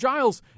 Giles